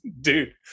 dude